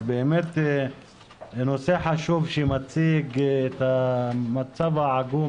אז באמת נושא חשוב שמציג את המצב העגום,